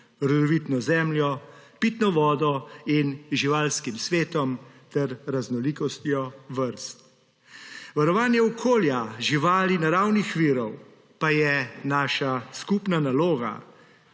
rodovitno zemljo, pitno vodo in živalskim svetom ter raznolikostjo vrst. Varovanje okolja, živali, naravnih virov pa je naša skupna naloga,